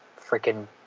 freaking